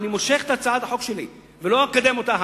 אני מושך את הצעת החוק שלי ולא אקדם אותה.